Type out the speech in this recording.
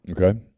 Okay